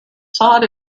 facade